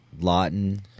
Lawton